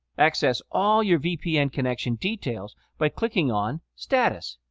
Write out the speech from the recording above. access all your vpn connection details by clicking on status.